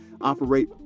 operate